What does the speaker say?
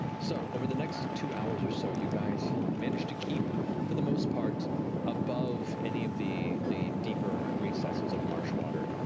so over the next two hours or so, you guys manage to keep for the most part above any of the the deeper recesses of marsh water.